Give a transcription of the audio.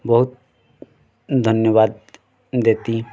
ବହୁତ୍ ଧନ୍ୟବାଦ୍ ଦେତି